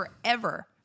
forever